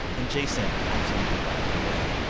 and, jason, i'm sending good vibes your way.